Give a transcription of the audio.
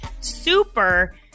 super